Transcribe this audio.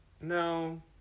no